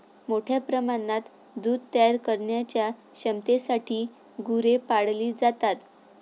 मोठ्या प्रमाणात दूध तयार करण्याच्या क्षमतेसाठी गुरे पाळली जातात